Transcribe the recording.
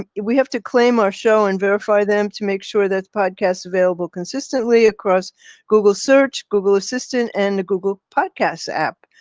um we have to claim our show and verify them to make sure that the podcasts available consistently across google search google assistant and google podcasts app.